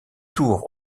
tours